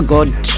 God